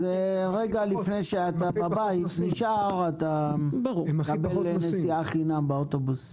זה רגע שאתה נשאר בבית אתה מקבל נסיעה חינם באוטובוס.